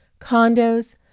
Condos